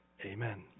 Amen